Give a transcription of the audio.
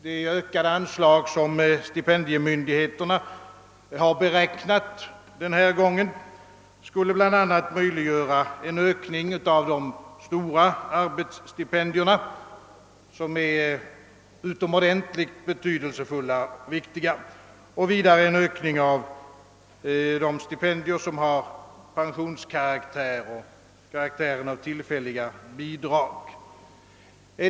Det ökade anslag som stipendiemyndigheterna har beräknat denna gång skulle bl a. möjliggöra en ökning av de stora arbetsstipendierna, som är utomordentligt betydelsefulla och viktiga, och vidare en ökning av de stipendier som har pensionskaraktär och karaktären av tillfälliga bidrag.